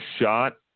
shot